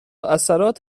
اثرات